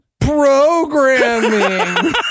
Programming